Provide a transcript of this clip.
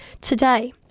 today